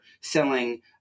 selling